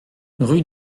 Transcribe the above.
rue